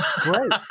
Great